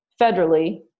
federally